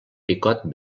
picot